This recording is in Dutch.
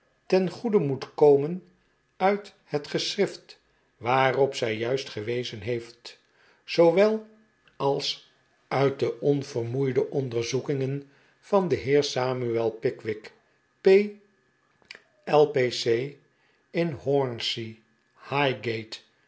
ten goede moeten komen uit het geschrift waarop zij juist gewezen heeft zoowel als uit de orivermoeide oncterzoekingen van den heer samuel pickwick p